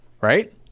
Right